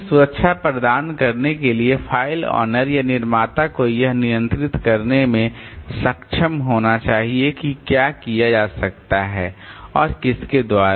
फिर सुरक्षा प्रदान करने के लिए फ़ाइल ओनर या निर्माता को यह नियंत्रित करने में सक्षम होना चाहिए कि क्या किया जा सकता है और किसके द्वारा